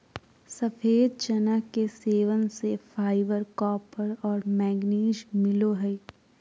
सफ़ेद चना के सेवन से फाइबर, कॉपर और मैंगनीज मिलो हइ